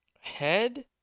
Head